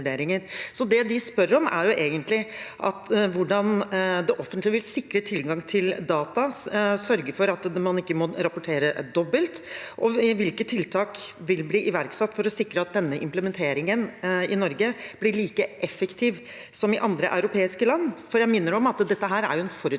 Det de spør om, er egentlig hvordan det offentlige vil sikre tilgang til data og sørge for at man ikke må rapportere dobbelt. Hvilke tiltak vil bli iverksatt for å sikre at implementeringen i Norge blir like effektiv som i andre europeiske land? Jeg minner om at dette er en forutsetning